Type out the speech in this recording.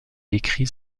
écrit